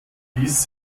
ließ